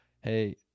hey